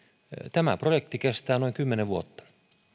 tämä projekti kestää noin kymmenen vuotta